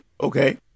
okay